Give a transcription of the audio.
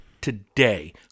today